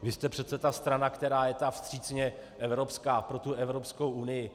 Vy jste přece ta strana, která je ta vstřícně evropská pro tu Evropskou unii.